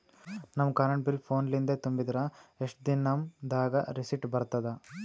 ನಮ್ current bill ಫೋನ ಲಿಂದೇ ತುಂಬಿದ್ರ, ಎಷ್ಟ ದಿ ನಮ್ ದಾಗ ರಿಸಿಟ ಬರತದ?